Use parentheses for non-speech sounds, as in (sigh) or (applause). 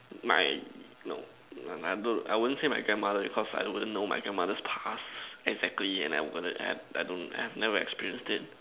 my no (noise) I wouldn't say my grandmother because I wouldn't know my grandmother's past exactly and I wouldn't and I don't have never experienced it